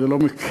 הרי זה לא מקל.